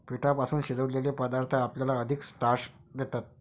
पिठापासून शिजवलेले पदार्थ आपल्याला अधिक स्टार्च देतात